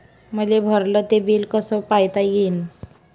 मले भरल ते बिल कस पायता येईन?